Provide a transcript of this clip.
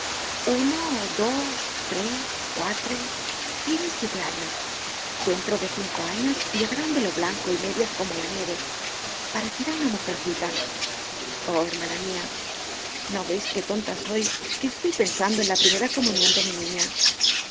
uno dos tres cuatro tiene siete años dentro de cinco años llevará un velo blanco y medias como la nieve parecerá una mujercita oh hermana mial no veis que tonta soy que estoy pensando en la primera comunion de mi niña